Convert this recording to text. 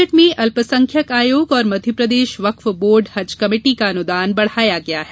budget में अल्पसंख्यक आयोग और मध्यप्रदेश वक्फ बोर्ड हज कमेटी का अनुदान बढ़ाया गया है